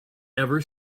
ever